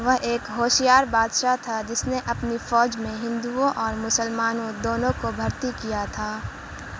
وہ ایک ہوشیار بادشاہ تھا جس نے اپنی فوج میں ہندوؤں اور مسلمانوں دونوں کو بھرتی کیا تھا